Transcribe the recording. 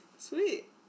Sweet